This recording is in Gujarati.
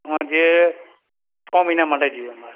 અમારે જોઈએ છ મહિના માટે જોઈએ અમારે